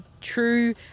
true